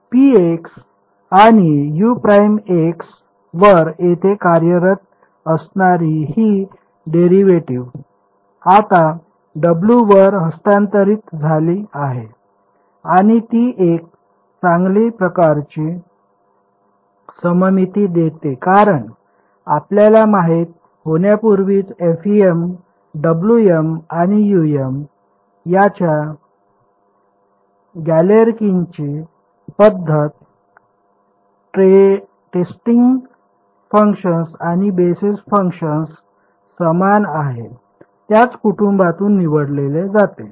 p आणि U ′ वर येथे कार्यरत असणारी ही डेरिव्हेटिव्ह आता W वर हस्तांतरित झाली आहे आणि ती एक चांगली प्रकारची सममिती देते कारण आपल्याला माहित होण्यापूर्वीच FEM Wm आणि Um त्याच गॅलेरकिनची पद्धत टेस्टिंग फंक्शन आणि बेसिस फंक्शन समान आहे त्याच कुटुंबातून निवडले जाते